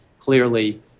clearly